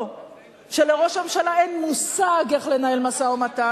או שלראש הממשלה אין מושג איך לנהל משא-ומתן,